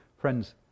Friends